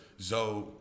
Zoe